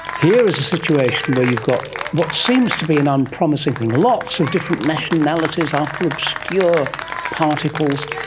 here is a situation where you've got what seems to be an unpromising thing, lots of different nationalities after obscure particles,